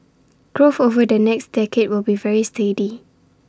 growth over the next decade will be very steady